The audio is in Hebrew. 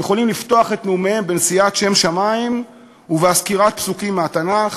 יכולים לפתוח את נאומיהם בנשיאת שם שמים ובהזכרת פסוקים מהתנ"ך,